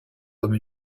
comme